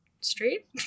Street